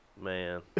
Man